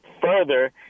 further